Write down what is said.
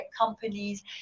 companies